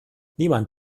niemand